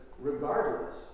regardless